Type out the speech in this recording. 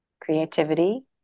creativity